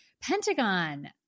Pentagon